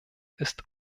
ist